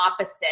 opposite